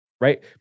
right